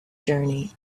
journey